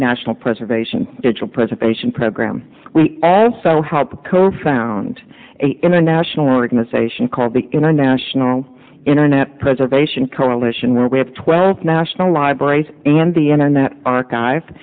national preservation digital preservation program we also helped to co found a international organization called the international internet preservation coalition where we have twelve national libraries and the internet archive